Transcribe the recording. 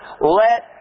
let